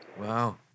Wow